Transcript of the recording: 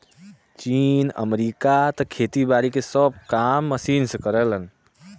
चीन, अमेरिका त खेती बारी के सब काम मशीन के करलन